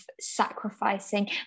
sacrificing